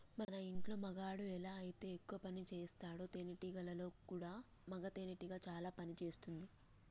మన ఇంటిలో మగాడు ఎలా అయితే ఎక్కువ పనిసేస్తాడో తేనేటీగలలో కూడా మగ తేనెటీగ చానా పని చేస్తుంది